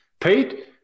Pete